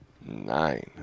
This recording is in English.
Nine